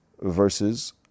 versus